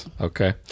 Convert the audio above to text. okay